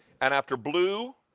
and after blue,